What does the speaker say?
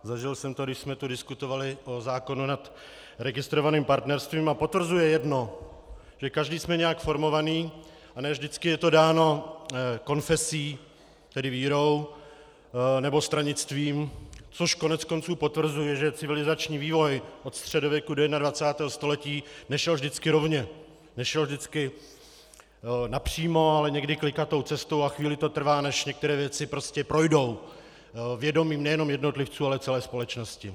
Zažil jsem to, když jsme tu diskutovali o zákonu o registrovaném partnerství, a potvrzuji jedno že každý jsme nějak formovaní a ne vždycky je to dáno konfesí, tedy vírou, nebo stranictvím, což koneckonců potvrzuje, že civilizační vývoj od středověku do 21. století nešel vždycky rovně, nešel vždycky napřímo, ale někdy klikatou cestou a chvíli to trvá, než některé věci prostě projdou vědomím nejen jednotlivců, ale celé společnosti.